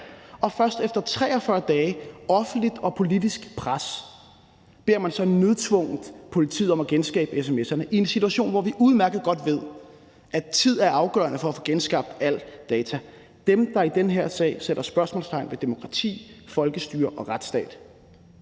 og først efter 43 dage og offentligt og politisk pres beder man så nødtvungent politiet om at genskabe sms'erne i en situation, hvor vi udmærket godt ved, at tid er afgørende for at få genskabt alt data. Dem, der i den her sag sætter spørgsmålstegn ved demokrati, folkestyre og retsstat,